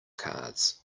cards